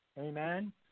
Amen